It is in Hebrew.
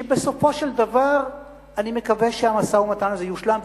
שבסופו של דבר אני מקווה שיושלם,